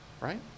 Right